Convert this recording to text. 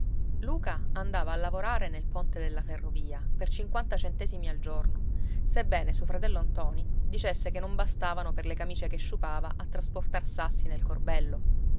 luca andava a lavorare nel ponte della ferrovia per cinquanta centesimi al giorno sebbene suo fratello ntoni dicesse che non bastavano per le camicie che sciupava a trasportar sassi nel corbello